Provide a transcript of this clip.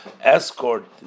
escort